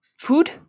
Food